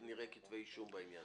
כתבי אישום בעניין?